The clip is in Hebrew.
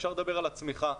אפשר לדבר על הצמיחה,